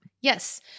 Yes